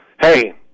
hey